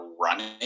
running